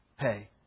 pay